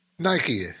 Nike